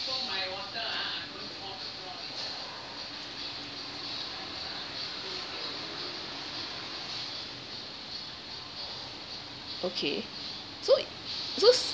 okay so i~ so